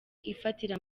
ifatira